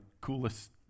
coolest